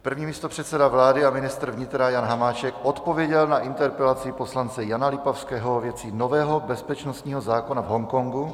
První místopředseda vlády a ministr vnitra Jan Hamáček odpověděl na interpelaci poslance Jana Lipavského ve věci nového bezpečnostního zákona v Hongkongu.